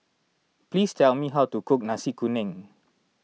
please tell me how to cook Nasi Kuning